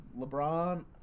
LeBron